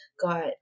got